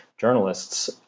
journalists